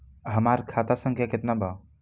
हमार खाता संख्या केतना बा?